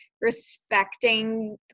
respecting